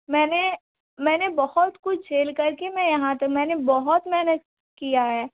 मैंने मैंने बहुत कुछ झेल कर के मैं यहाँ तक मैंने बहुत मेहनत किया है